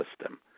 system